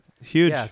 Huge